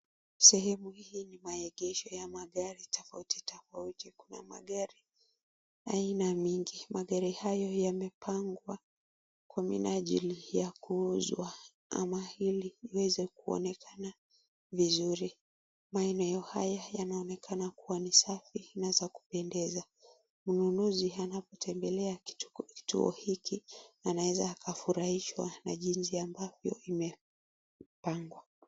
Sehemu hii ni maegesho ya magari tofauti tofauti ,kuna magari aina mingi , magari hayo yamepangwa kwa minajili ya kuuzwa ama ili iweze kuonekana vizuri, maeneo haya yanaonekana kuwa ni safi na za kupendeza mnunuzi anapo tembelea kituo hiki anaweza akafurahishwa na jinsi ambavyo imepangwa.